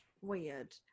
weird